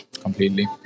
Completely